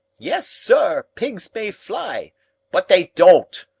yes, sir, pigs may fly but they don't.